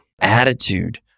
Attitude